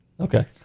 Okay